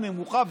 נמוכה,